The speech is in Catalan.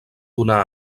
donar